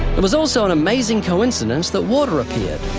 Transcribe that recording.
it was also an amazing coincidence that water appeared,